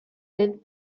led